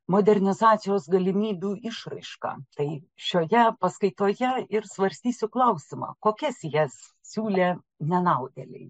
modernizacijos galimybių išraiška tai šioje paskaitoje ir svarstysiu klausimą kokias jas siūlė nenaudėliai